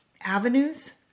avenues